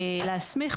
עמדתנו.